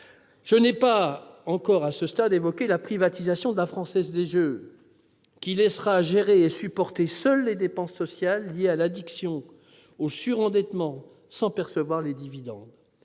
Je n'ai pas encore évoqué la privatisation de la Française des jeux, qui laissera l'État gérer et supporter seul les dépenses sociales liées aux addictions et au surendettement sans même percevoir des dividendes.